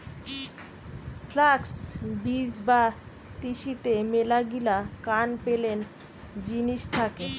flux বীজ বা তিসিতে মেলাগিলা কান পেলেন জিনিস থাকে